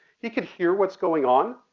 he could hear what's going on,